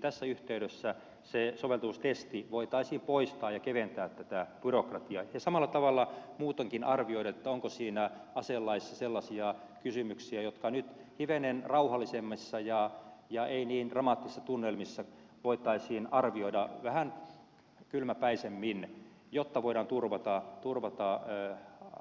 tässä yhteydessä se soveltuvuustesti voitaisiin poistaa ja keventää tätä byrokratiaa ja samalla tavalla muutoinkin arvioida onko siinä aselaissa sellaisia kysymyksiä jotka nyt hivenen rauhallisemmissa ja ei niin dramaattisissa tunnelmissa voitaisiin arvioida vähän kylmäpäisemmin jotta voidaan turvata